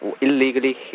illegally